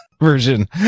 version